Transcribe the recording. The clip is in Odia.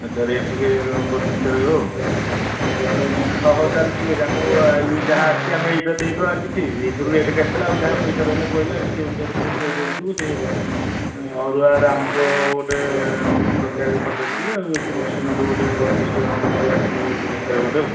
ଆଉ ତା ରେଟ୍ ଟିକେ ରହିବ ଆଉ ନହେଲେ ହଉ ହଉ ତାହେଲେ ଠିକ୍ ଅଛି ଆମକୁ ଇଏ ଯାହା ଅଛି ଆମେ ଏଇତିକ ଦେଇଦବା କିଛି ଏଇଥିରୁ ରେଟ୍ କାଟିଦେଲେ ଆଉ ଯାହା ପଇସା ରହିଲା କହିଲେ ଆମେ ସେଇ ଅନୁସାରେ ତମକୁ ପଇସା ଦେଇଦେବୁ ଯେ ଅରୁଆର ଆମକୁ ଗୋଟେ ଦରକାର ପଚାଶ କିଲେ ଆଉ ଏଥିରୁ ଉଷୁନାରୁ ଗୋଟେ ବତିଶି ଟଙ୍କିଆ ପଚାଶ କିଲେ ଗୋଟେ ଦରକାର ଗୋଟେ ଆଉ